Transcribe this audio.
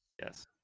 Yes